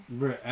bro